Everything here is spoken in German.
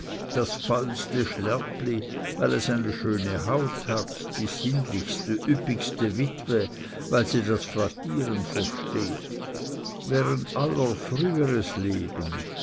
das fäulste schlärpli weil es eine schöne haut hat die sinnlichste üppigste witwe weil sie das flattieren versteht während aller früheres leben